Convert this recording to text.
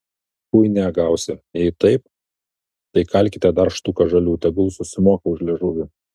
chuinia gausi jei taip tai kalkite dar štuką žalių tegu susimoka už liežuvį